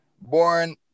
born